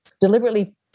deliberately